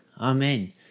amen